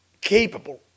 capable